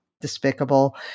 despicable